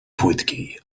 płytkiej